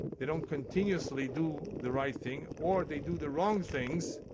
they don't continuously do the right thing. or, they do the wrong things.